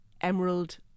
Emerald